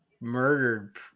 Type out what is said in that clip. murdered